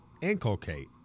Inculcate